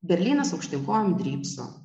berlynas aukštyn kojom drybso